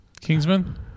Kingsman